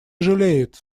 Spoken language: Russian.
жалеет